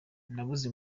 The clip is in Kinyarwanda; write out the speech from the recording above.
nabuze